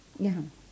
ya